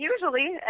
Usually